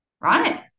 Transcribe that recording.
right